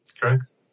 Correct